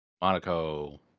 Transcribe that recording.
Monaco